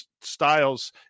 styles